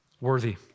Worthy